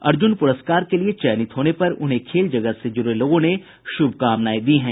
अर्जुन पुरस्कार के लिए चयनित होने पर उन्हें खेल जगत से जुड़े लोगों ने शुभकामनाएं दी हैं